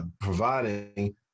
providing